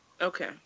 Okay